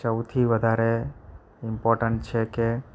સૌથી વધારે ઈમ્પોટન્ટ છે કે